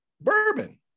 bourbon